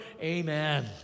Amen